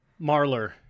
Marler